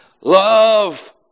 love